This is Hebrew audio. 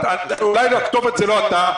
אולי הכתובת זה לא אתה,